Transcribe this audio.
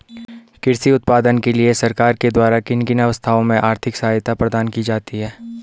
कृषि उत्पादन के लिए सरकार के द्वारा किन किन अवस्थाओं में आर्थिक सहायता प्रदान की जाती है?